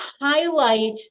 Highlight